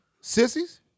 Sissies